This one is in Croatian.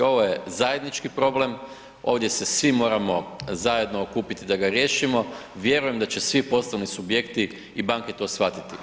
Ovo je zajednički problem, ovdje se svi moramo zajedno okupiti da ga riješimo, vjerujem da će svi poslovni subjekti i banke to shvatiti.